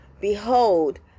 Behold